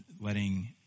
letting